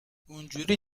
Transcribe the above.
اونجوری